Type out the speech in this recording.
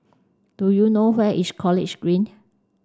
do you know where is College Green